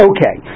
Okay